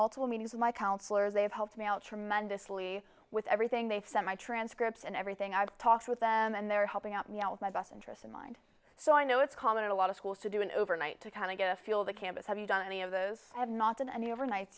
multiple meetings with my counselors they have helped me tremendously with everything they've sent my transcripts and everything i've talked with them and they're helping out with my best interests in mind so i know it's common in a lot of schools to do an overnight to kind of get a feel of the campus have you done any of those have not done any overnight